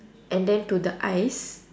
and then to the eyes